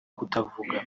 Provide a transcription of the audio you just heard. kutavuga